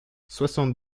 soixante